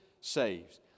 saves